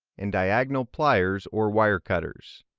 and diagonal pliers or wire cutters.